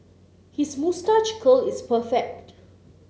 his moustache curl is perfect